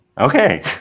Okay